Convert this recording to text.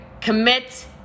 Commit